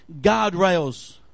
Guardrails